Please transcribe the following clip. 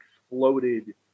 exploded